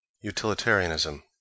Utilitarianism